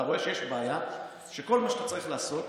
אתה רואה שיש בעיה, שכל מה שאתה צריך לעשות,